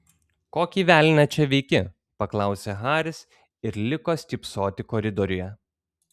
kokį velnią čia veiki paklausė haris ir liko stypsoti koridoriuje